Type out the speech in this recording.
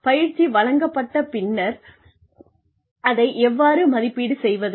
பயிற்சி வழங்கப்பட்ட பின்னர் அதை எவ்வாறு மதிப்பீடு செய்வது